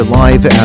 live